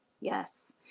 Yes